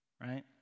Right